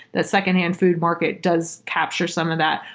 the secondhand food market does capture some of that.